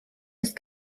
ist